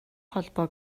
холбоо